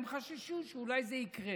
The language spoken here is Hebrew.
הם חששו שאולי זה יקרה.